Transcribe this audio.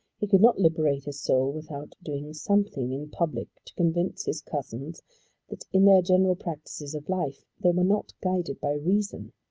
he could not liberate his soul without doing something in public to convince his cousins that in their general practices of life they were not guided by reason.